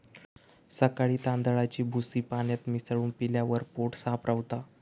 सकाळी तांदळाची भूसी पाण्यात मिसळून पिल्यावर पोट साफ रवता